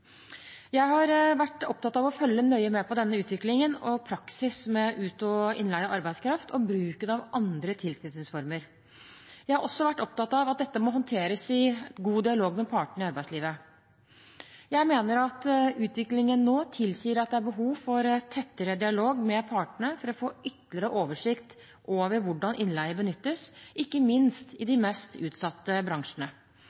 Jeg har vært opptatt av å følge nøye med på denne utviklingen og praksis med ut- og innleie av arbeidskraft og bruken av andre tilknytningsformer. Jeg har også vært opptatt av at dette må håndteres i god dialog med partene i arbeidslivet. Jeg mener at utviklingen nå tilsier at det er behov for en tettere dialog med partene for å få ytterligere oversikt over hvordan innleie benyttes, ikke minst i